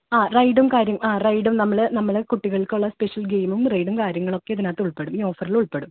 ആ റൈഡും കാര്യങ്ങളും ആ റൈഡും നമ്മൾ നമ്മൾ കുട്ടികൾക്കുള്ള സ്പെഷ്യൽ ഗെയ്മും റൈഡും കാര്യങ്ങളൊക്കെ ഇതിന് അകത്ത് ഉൾപ്പെടും ഈ ഓഫറിൽ ഉൾപ്പെടും